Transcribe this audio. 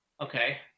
Okay